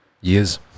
Years